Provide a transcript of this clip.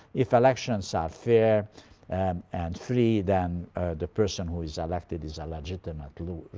if elections are fair and free, then the person who is elected is a legitimate